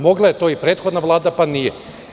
Mogla je to i prethodna Vlada, pa nije.